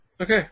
Okay